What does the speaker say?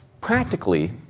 practically